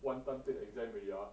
one time take exam already ah